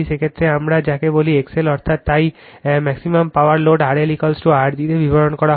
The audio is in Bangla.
সেক্ষেত্রে আমরা যাকে বলি XLঅর্থাৎ তাই maximum power load RLR g তে বিতরণ করা হয়